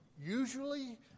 usually